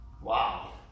Wow